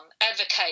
advocate